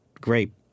great